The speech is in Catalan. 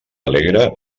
alegre